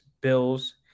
Bills